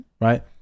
right